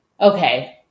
Okay